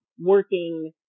working